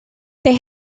they